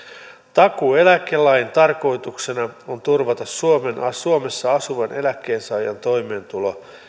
takuueläkelain tarkoituksena on turvata suomessa asuvan eläkkeensaajan toimeentulo